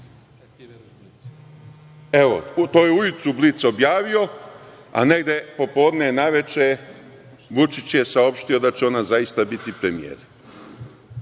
To je ujutru „Blic“ objavio, a negde popodne naveče Vučić je saopštio da će ona zaista biti premijer.